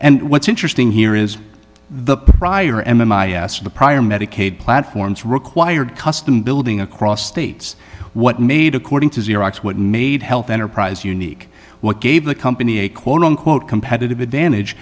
and what's interesting here is the prior m i a s of the prior medicaid platforms required custom building across states what made according to xerox what made health enterprise unique what gave the company a quote unquote competitive advantage